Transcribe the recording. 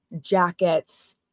jackets